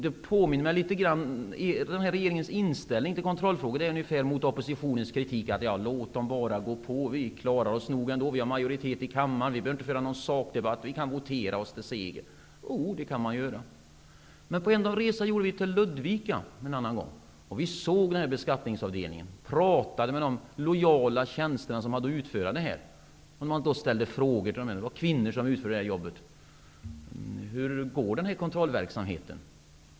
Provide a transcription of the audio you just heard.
Denna regerings inställning till kontrollfrågor när det gäller oppositionens kritik är ungefär: Låt dem bara gå på. Vi klarar oss nog ändå. Vi har majoritet i kammaren. Vi behöver inte föra någon sakdebatt. Vi kan votera oss fram till seger. Ja, det kan man göra. Men en annan gång gjorde vi en resa till Ludvika. Vi såg där beskattningsavdelningen, och talade med de lojala tjänstemän som hade att utföra detta arbete. Vi ställde frågor till dessa kvinnliga tjänstemän om hur det går med denna kontrollverksamhet.